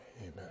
Amen